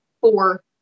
four